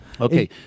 Okay